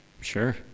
sure